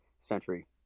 century